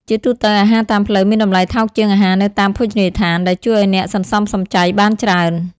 ជាទូទៅ អាហារតាមផ្លូវមានតម្លៃថោកជាងអាហារនៅតាមភោជនីយដ្ឋាន ដែលជួយឲ្យអ្នកសន្សំសំចៃបានច្រើន។